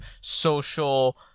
social